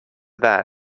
that